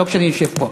לא כשאני יושב פה.